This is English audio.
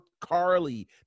Carly